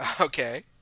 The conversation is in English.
Okay